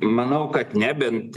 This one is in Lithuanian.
manau kad ne bent